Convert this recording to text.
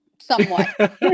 somewhat